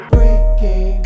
Breaking